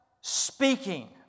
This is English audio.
speaking